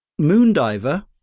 moondiver